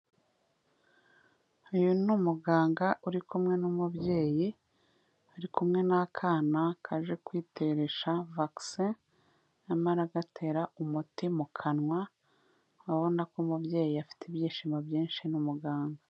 Uyu ni umuganga uri kumwe n'umubyeyi, ari kumwe n'akana kaje kwiteresha vagisi, arimo aragatera umuti mu kanwa, urabona ko umubyeyi afite ibyishimo byinshi na muganga.